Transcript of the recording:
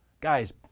guys